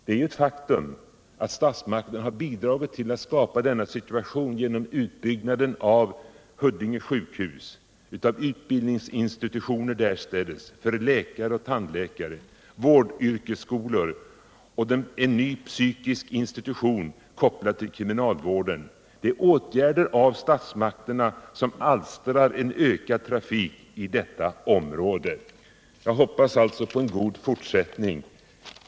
Det är ett faktum att statsmakterna bidragit till att skapa denna situation genom utbyggnaden av Huddinge sjukhus och utbildningsinstitutionerna därstädes för läkare och tandläkare, vårdyrkesskolor och en ny psykiatrisk institution kopplad till kriminalvården. Dessa åtgärder av statsmakterna alstrar ökad trafik i detta område.